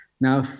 Now